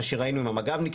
מה שראינו עם המג"בניקים,